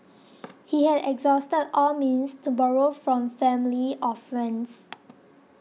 he had exhausted all means to borrow from family or friends